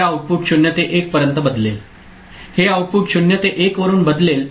हे आउटपुट 0 ते 1 पर्यंत बदलेल हे आउटपुट 0 ते 1 वरून बदलेल